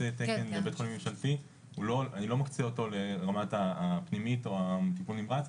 תקן לבית חולים ממשלתי אני לא מקצה אותו לרמת הפנימית או הטיפול הנמרץ,